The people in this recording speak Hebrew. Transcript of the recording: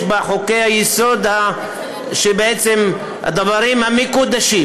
יש חוקי-היסוד שהדברים מקודשים,